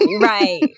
Right